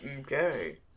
Okay